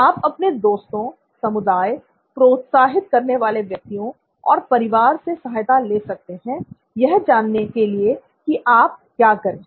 आप अपने दोस्तों समुदाय प्रोत्साहित करने वाले व्यक्तियों और परिवार से सहायता ले सकते हैं यह जानने के लिए कि आप क्या करें